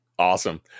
Awesome